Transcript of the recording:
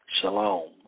Shalom